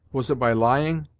was it by lying,